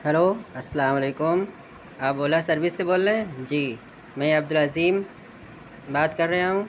hello السلام علیکم آپ اولا سروس سے بول رہے ہیں جی میں عبدالعظیم بات کر رہا ہوں